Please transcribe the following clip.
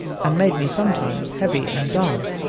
and made me sometimes heavy and dull,